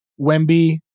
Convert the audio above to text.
Wemby